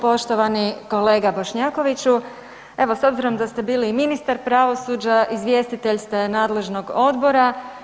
Poštovani kolega Bošnjakoviću, evo s obzirom da ste bili i ministar pravosuđa izvjestitelj ste nadležnog odbora.